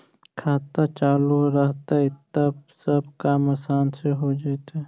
खाता चालु रहतैय तब सब काम आसान से हो जैतैय?